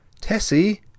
Tessie